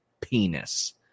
penis